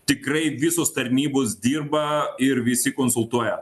tikrai visos tarnybos dirba ir visi konsultuoja